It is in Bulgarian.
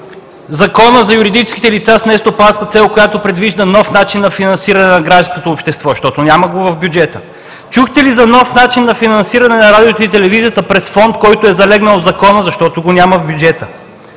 Закона за юридическите лица с нестопанска цел, който предвижда нов начин на финансиране на гражданското общество? Защото го няма в бюджета. Чухте ли за нов начин на финансиране на Радиото и Телевизията през фонд, който е залегнал в Закона? Защото го няма в бюджета.